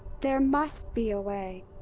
there must be a way!